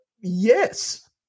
yes